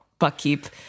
Buckkeep